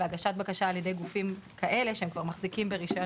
וגם הגשת בקשה על ידי גופים כאלה שכבר מחזיקים ברישיון